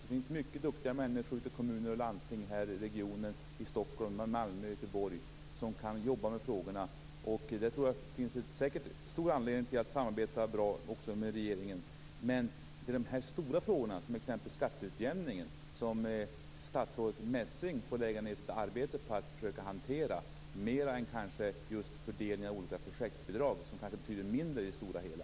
Det finns många duktiga människor ute i kommuner och landsting i regionerna Stockholm, Malmö och Göteborg som kan jobba med frågorna. Det finns säkert stor anledning att samarbeta bra också med regeringen. Men det är de stora frågorna, som t.ex. frågan om skatteutjämningen, som statsrådet Messing får lägga ned arbete på att försöka att hantera mer än just fördelningen av olika projektbidrag, som kanske betyder mindre i det stora hela.